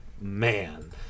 man